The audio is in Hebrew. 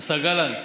השר גלנט,